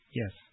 yes